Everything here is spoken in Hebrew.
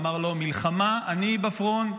אמר: לא, מלחמה, אני בפרונט.